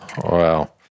Wow